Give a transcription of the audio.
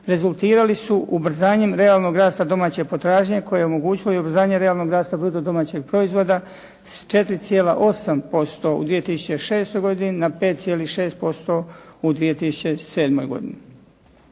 rezultirali su ubrzanjem realnog rasta domaće potražnje koja je omogućila i ubrzanje realnog rasta bruto domaćeg proizvoda s 4,8% u 2006. godini na 5,6% u 2007. godini.